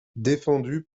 défendu